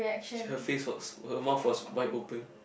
her face was her mouth was wide open